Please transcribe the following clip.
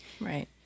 Right